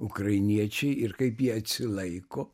ukrainiečiai ir kaip jie atsilaiko